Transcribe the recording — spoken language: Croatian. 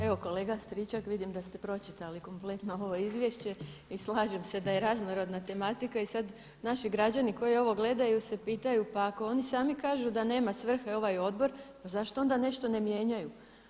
Evo kolega Stričak vidim da ste pročitali kompletno ovo izvješće i slažem se da je raznorodna tematika i sad naši građani koji ovo gledaju se pitaju, pa ako oni sami kažu da nema svrhe ovaj odbor pa zašto onda nešto ne mijenjaju.